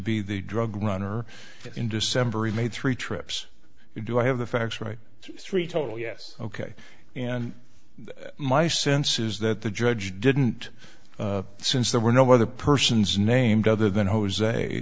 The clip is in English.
be the drug runner in december he made three trips to do i have the facts right three total yes ok and my sense is that the judge didn't since there were no other persons named other than jose